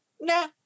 nah